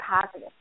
positive